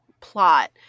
plot